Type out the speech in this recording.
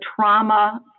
trauma